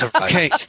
Okay